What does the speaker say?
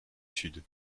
sud